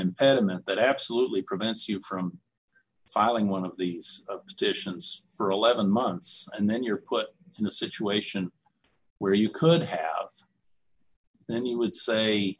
impediment that absolutely prevents you from filing one of these positions for eleven months and then you're put in a situation where you could have then he would say